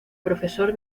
profesor